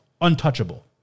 untouchable